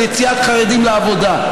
על יציאת חרדים לעבודה,